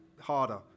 harder